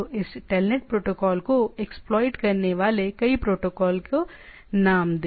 तो इस TELNET protocol को एक्सप्लोइट करने वाले कई प्रोटोकॉल को नाम दें